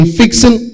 fixing